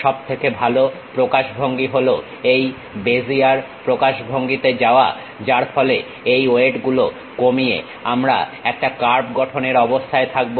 সবথেকে ভালো প্রকাশভঙ্গি হলো এই বেজিয়ার প্রকাশভঙ্গিতে যাওয়া যার ফলে এই ওয়েটগুলো কমিয়ে আমরা একটা কার্ভ গঠনের অবস্থায় থাকবো